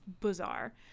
bizarre